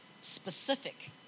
specific